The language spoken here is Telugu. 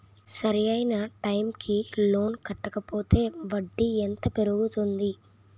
సరి అయినా టైం కి లోన్ కట్టకపోతే వడ్డీ ఎంత పెరుగుతుంది?